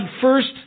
first